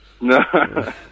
No